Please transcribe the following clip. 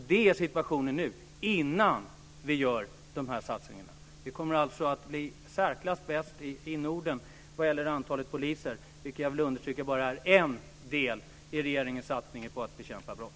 Sådan är situationen nu, innan vi gör de här satsningarna. Vi kommer alltså att bli i särklass bäst i Norden vad gäller antal poliser, vilket jag vill understryka bara är en del av regeringens satsning på att bekämpa brott.